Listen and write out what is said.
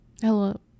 Hello